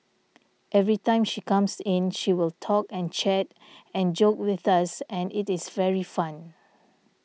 every time she comes in she will talk and chat and joke with us and it is very fun